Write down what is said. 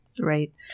Right